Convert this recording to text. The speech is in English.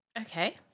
Okay